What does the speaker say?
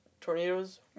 tornadoes